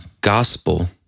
gospel